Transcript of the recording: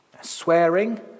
Swearing